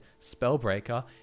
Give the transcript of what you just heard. Spellbreaker